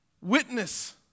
witness